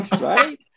Right